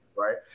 right